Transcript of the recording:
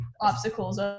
obstacles